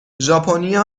ژاپنیا